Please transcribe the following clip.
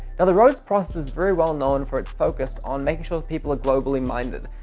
now the rhodes process is very well known for its focus on making sure people are globally minded.